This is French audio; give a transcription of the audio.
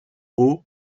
haut